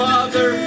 Father